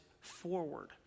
forward